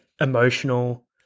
emotional